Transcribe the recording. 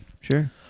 Sure